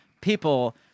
people